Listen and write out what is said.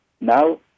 Now